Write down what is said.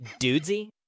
dudesy